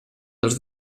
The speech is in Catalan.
els